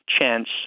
chance